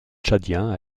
tchadien